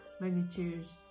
magnitudes